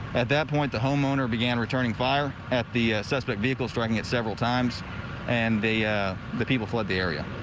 at that point the homeowner began returning fire at the suspect vehicle striking it several times and the the people fled the area.